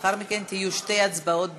לאחר מכן יהיו שתי הצבעות בנפרד.